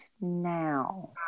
now